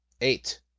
Eight